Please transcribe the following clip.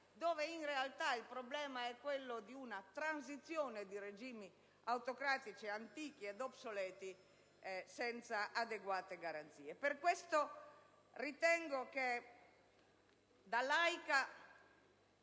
dove in realtà il problema è quello di una transizione di regimi autocratici antichi ed obsoleti senza adeguate garanzie. Da laica